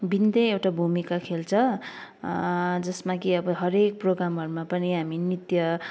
भिन्नै एउटा भूमिका खेल्छ जसमा कि अब हरेक प्रोग्रामहरूमा पनि हामी नृत्य